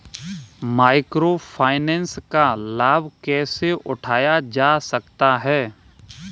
Micro finance का लाभ कैसे उठाया जा सकता है?